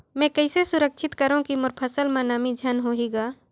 मैं कइसे सुरक्षित करो की मोर फसल म नमी झन होही ग?